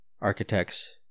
Architects